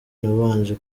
nabanje